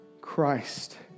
Christ